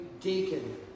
deacon